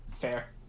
Fair